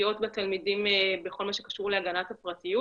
פגיעות בתלמידים בכל מה שקשור בהגנת הפרטיות